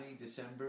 December